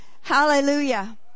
Hallelujah